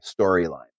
storyline